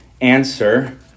answer